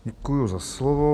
Děkuji za slovo.